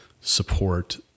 support